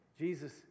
Jesus